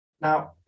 Now